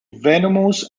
venomous